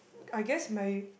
I guess my